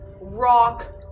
rock